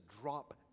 drop